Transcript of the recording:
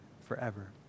forever